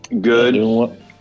Good